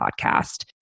podcast